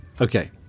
Okay